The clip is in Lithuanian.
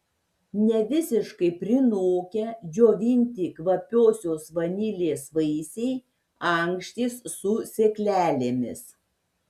nevisiškai prinokę džiovinti kvapiosios vanilės vaisiai ankštys su sėklelėmis